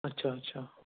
اچھا اچھا